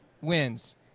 wins